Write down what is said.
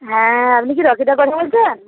হ্যাঁ আপনি কি রজতদা কথা বলছেন